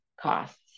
costs